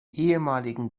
ehemaligen